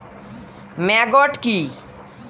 Maggot কি?